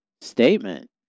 statement